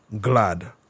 glad